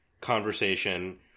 conversation